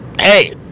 Hey